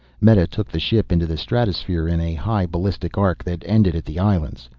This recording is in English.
meta took the ship into the stratosphere, in a high ballistic arc that ended at the islands.